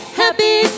happy